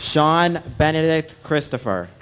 sean benedict christopher